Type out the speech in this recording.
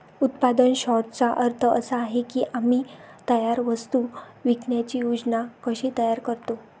उत्पादन सॉर्टर्सचा अर्थ असा आहे की आम्ही तयार वस्तू विकण्याची योजना कशी तयार करतो